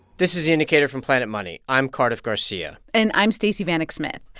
this is the indicator from planet money. i'm cardiff garcia and i'm stacey vanek smith.